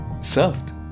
served